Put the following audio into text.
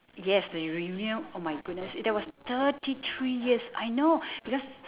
yes the reunion oh my goodness it there was thirty three years I know because